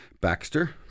Baxter